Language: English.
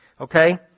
Okay